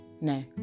No